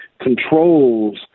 controls